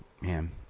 man